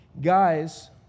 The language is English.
Guys